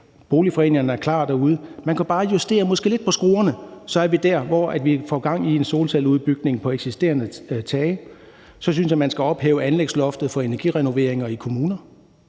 Boligforeningerne er klar derude. Man kan måske bare justere lidt på skruerne, og så er vi der, hvor vi får gang i en solcelleudbygning på eksisterende tage. Så synes jeg, at man skal ophæve anlægsloftet for energirenoveringer i kommuner.